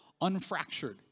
unfractured